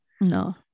no